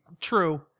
true